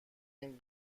این